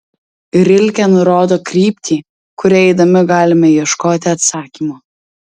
rilke nurodo kryptį kuria eidami galime ieškoti atsakymo